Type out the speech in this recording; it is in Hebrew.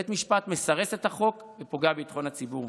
בית המשפט מסרס את החוק ופוגע בביטחון הציבור.